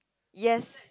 yes